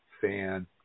fan